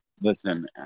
Listen